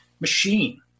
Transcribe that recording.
machine